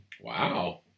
Wow